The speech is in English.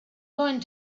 going